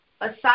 aside